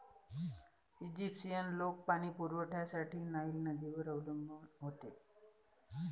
Egyptian लोक पाणी पुरवठ्यासाठी नाईल नदीवर अवलंबून होते